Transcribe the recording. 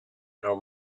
nor